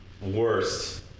worst